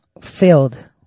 filled